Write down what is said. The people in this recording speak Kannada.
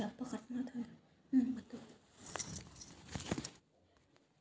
ಹಿಲ್ ಫಾರ್ಮಿನ್ಗ್ ಅಥವಾ ಬೆಟ್ಟದ್ ಹೊಲ್ದಾಗ ಮಣ್ಣ್ ಛಂದ್ ಇರಲ್ಲ್ ಬರಿ ಕಲ್ಲಗೋಳ್ ಇರ್ತವ್